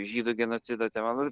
žydų genocido tema